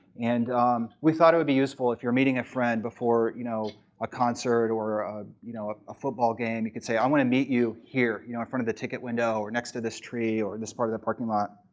and we thought it would be useful if you were meeting a friend before you know a concert or ah you know ah a football game, you could say i want to meet you here you know in front of the ticket window, or next to this tree, or this part of the parking lot.